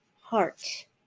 heart